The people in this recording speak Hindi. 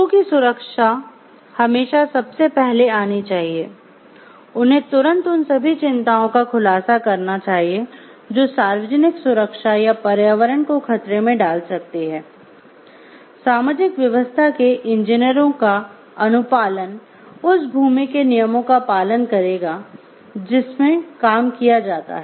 लोगों की सुरक्षा हमेशा सबसे पहले आनी चाहिए उन्हें तुरंत उन सभी चिंताओं का खुलासा करना चाहिए जो सार्वजनिक सुरक्षा या पर्यावरण को खतरे में डाल सकती हैं सामाजिक व्यवस्था के इंजीनियरों का अनुपालन उस भूमि के नियमों का पालन करेगा जिसमें काम किया जाता है